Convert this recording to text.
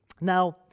Now